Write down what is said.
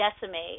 decimate